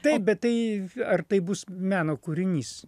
taip bet tai ar tai bus meno kūrinys